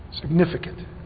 significant